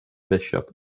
bishop